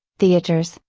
theaters,